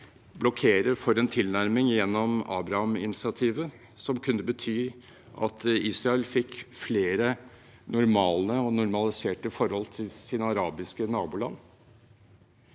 blokkere for en tilnærming gjennom Abraham-initiativet, som kunne betydd at Israel fikk flere normale og normaliserte forhold til sine arabiske naboland.